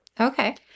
okay